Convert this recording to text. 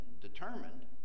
determined